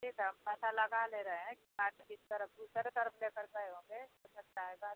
जी तो हम पता लगा ले रहे हैं कि पानी किस तरफ दूसरे तरफ लेकर गए होंगे हो सकता है बाद